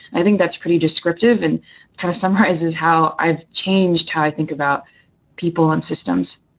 i think that's pretty descriptive and kind of summar izes how i've changed how i think about people and systems.